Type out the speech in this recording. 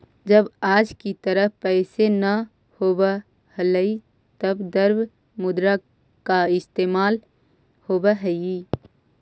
जब आज की तरह पैसे न होवअ हलइ तब द्रव्य मुद्रा का इस्तेमाल होवअ हई